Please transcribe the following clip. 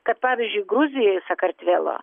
kad pavyzdžiui gruzijoj sakartvelo